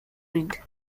reed